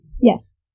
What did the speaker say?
Yes